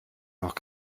noch